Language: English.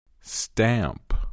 Stamp